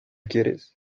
quieres